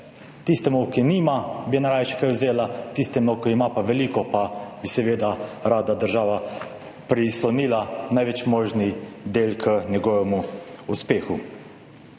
tistemu, ki nima, bi najraje še kaj vzela, tistemu, ki ima pa veliko, pa bi seveda rada država prislonila največ možni del k njegovemu uspehu.